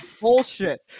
bullshit